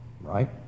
right